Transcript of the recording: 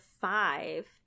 five